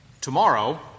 Tomorrow